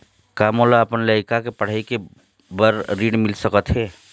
का मोला अपन लइका के पढ़ई के बर ऋण मिल सकत हे?